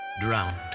drowned